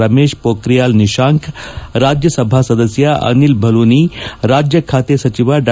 ರಮೇಶ್ ಪೋಖ್ರಿಯಾಲ್ ನಿತಾಂಕ್ ರಾಜ್ನಸಭಾ ಸದಸ್ಯ ಅನಿಲ್ ಭಲೂನಿ ರಾಜ್ನ ಖಾತೆ ಸಚಿವ ಡಾ